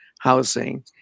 housing